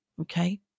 Okay